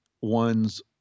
one's